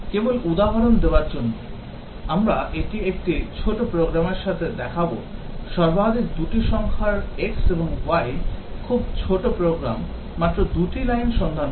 কেবল উদাহরণ দেওয়ার জন্য আমরা এটি একটি ছোট প্রোগ্রামের সাথে দেখাবো সর্বাধিক দুটি সংখ্যার x এবং y খুব ছোট প্রোগ্রাম মাত্র দুটি লাইন সন্ধান করব